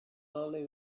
only